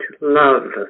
Love